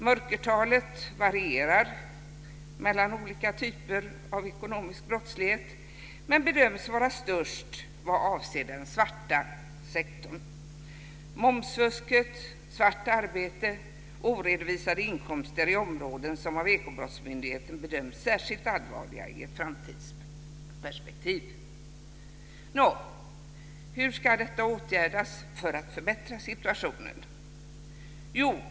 Mörkertalet varierar mellan olika typer av ekonomisk brottslighet men bedöms vara störst vad avser den svarta sektorn. Momsfusket, svart arbete och oredovisade inkomster är områden som av Ekobrottsmyndigheten bedöms särskilt allvarliga i ett framtidsperspektiv. Nå, hur ska då detta åtgärdas för att förbättra situationen?